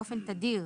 באופן תדיר,